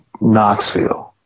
Knoxville